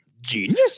Genius